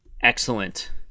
Excellent